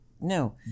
No